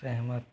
सहमत